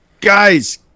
Guys